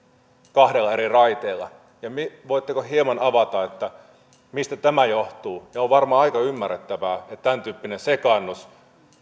kahdella eri raiteella voitteko hieman avata mistä tämä johtuu on varmaan aika ymmärrettävää että tämäntyyppinen sekaannus